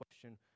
question